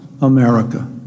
America